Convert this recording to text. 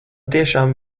tiešām